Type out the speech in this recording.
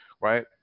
right